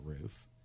roof